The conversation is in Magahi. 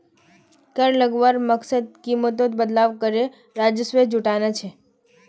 कर लगवार मकसद कीमतोत बदलाव करे राजस्व जुटाना छे